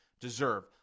deserve